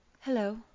Hello